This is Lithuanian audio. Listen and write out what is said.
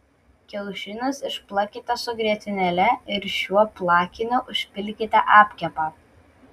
kiaušinius išplakite su grietinėle ir šiuo plakiniu užpilkite apkepą